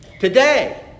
Today